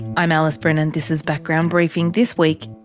i'm alice brennan. this is background briefing. this week,